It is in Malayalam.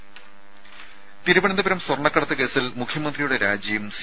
ദേദ തിരുവനന്തപുരം സ്വർണ്ണക്കടത്ത് കേസിൽ മുഖ്യമന്ത്രിയുടെ രാജിയും സി